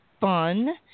fun